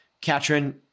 Katrin